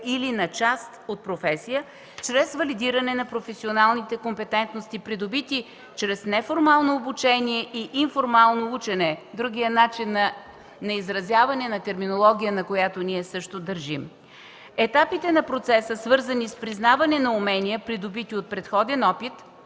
или на част от професия след валидиране на професионалните компетентности, придобити чрез неформално обучение и информално учене – другият начин на изразяване на терминология, на която ние също държим. Етапите на процеса, свързани с признаване на умения, придобити от предходен опит,